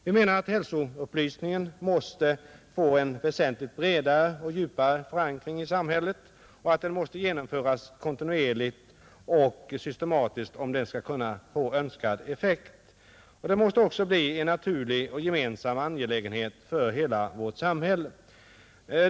Vi menar att hälsovårdsupplysningen måste få en väsentligt bredare och djupare förankring i samhället och att den måste genomföras kontinuerligt och systematiskt om den skall kunna få önskad effekt. Den måste också bli en naturlig och gemensam angelägenhet för hela vårt samhälle.